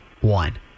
one